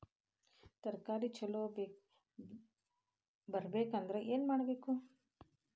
ತರಕಾರಿ ಛಲೋ ಬರ್ಬೆಕ್ ಅಂದ್ರ್ ಏನು ಮಾಡ್ಬೇಕ್?